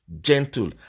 gentle